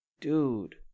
dude